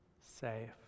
Safe